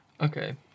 Okay